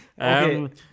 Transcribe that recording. Okay